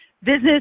business